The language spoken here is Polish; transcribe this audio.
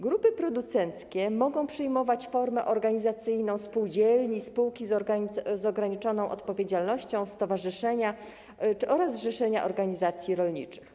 Grupy producenckie mogą przyjmować formę organizacyjną spółdzielni, spółki z ograniczoną odpowiedzialnością, stowarzyszenia oraz zrzeszenia organizacji rolniczych.